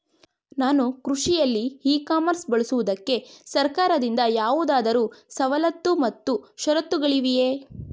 ನಾನು ಕೃಷಿಯಲ್ಲಿ e commerce ಬಳಸುವುದಕ್ಕೆ ಸರ್ಕಾರದಿಂದ ಯಾವುದಾದರು ಸವಲತ್ತು ಮತ್ತು ಷರತ್ತುಗಳಿವೆಯೇ?